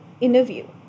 interview